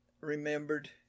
remembered